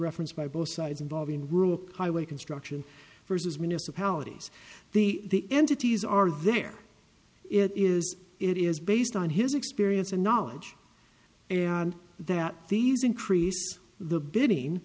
referenced by both sides involving rule of highway construction versus municipalities the entities are there it is it is based on his experience and knowledge that these increase the bidding